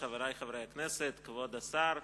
חברי חברי הכנסת, כבוד השר,